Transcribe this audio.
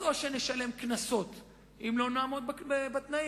אז או שנשלם קנסות אם לא נעמוד בתנאים,